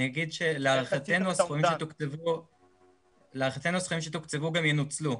אני אגיד שלהערכתנו הסכומים שתוקצבו גם ינוצלו.